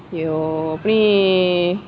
your apa ni